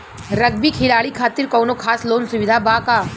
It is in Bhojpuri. रग्बी खिलाड़ी खातिर कौनो खास लोन सुविधा बा का?